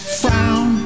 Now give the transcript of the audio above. frown